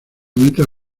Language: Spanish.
meta